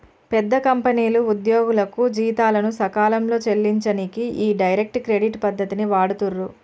పెద్ద కంపెనీలు ఉద్యోగులకు జీతాలను సకాలంలో చెల్లించనీకి ఈ డైరెక్ట్ క్రెడిట్ పద్ధతిని వాడుతుర్రు